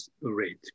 rate